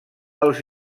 els